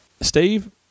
Steve